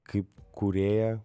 kaip kūrėją